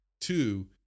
Two